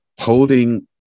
holding